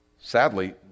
Sadly